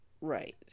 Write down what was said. Right